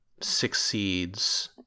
succeeds